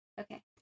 Okay